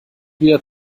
wieder